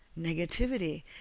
negativity